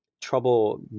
trouble